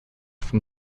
von